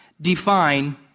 define